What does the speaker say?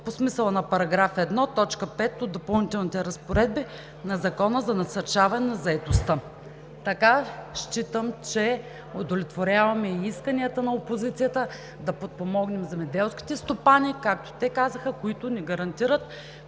по смисъла на § 1, т. 5 от Допълнителните разпоредби на Закона за насърчаване на заетостта.“ Така считам, че удовлетворяваме и исканията на опозицията да подпомогнем земеделските стопани, както те казаха, които ни гарантират